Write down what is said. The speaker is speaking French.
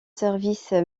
service